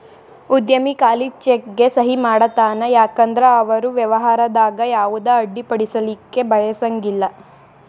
ಉದ್ಯಮಿ ಖಾಲಿ ಚೆಕ್ಗೆ ಸಹಿ ಮಾಡತಾನ ಯಾಕಂದ್ರ ಅವರು ವ್ಯವಹಾರದಾಗ ಯಾವುದ ಅಡ್ಡಿಪಡಿಸಲಿಕ್ಕೆ ಬಯಸಂಗಿಲ್ಲಾ